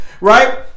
right